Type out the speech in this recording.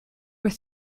were